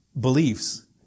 beliefs